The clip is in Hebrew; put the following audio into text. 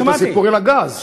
את הסיפור על הגז.